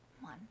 One